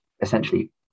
essentially